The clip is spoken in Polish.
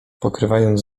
pokrywając